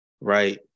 right